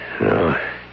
No